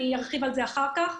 ואני ארחיב על זה אחר כך.